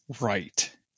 right